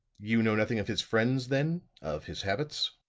you know nothing of his friends then of his habits?